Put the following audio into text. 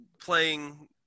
playing